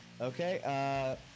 Okay